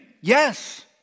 Yes